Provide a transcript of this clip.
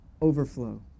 Overflow